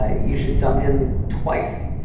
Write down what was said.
ah you should dump him twice.